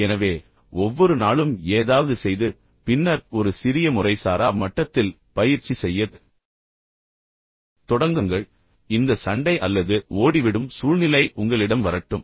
எனவே ஒவ்வொரு நாளும் ஏதாவது செய்து பின்னர் ஒரு சிறிய முறைசாரா மட்டத்தில் பயிற்சி செய்யத் தொடங்குங்கள் பின்னர் இந்த சண்டை அல்லது ஓடி விடும் சூழ்நிலை உங்களிடம் வரட்டும்